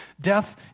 Death